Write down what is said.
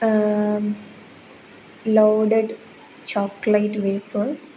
loaded chocolate wafers